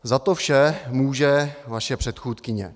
Za to vše může vaše předchůdkyně.